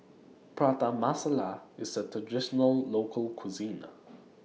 Prata Masala IS A Traditional Local Cuisine